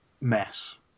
mess